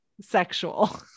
sexual